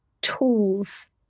tools